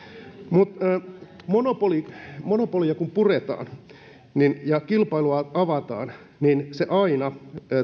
monopolia kun puretaan ja kilpailua avataan niin se aina